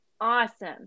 awesome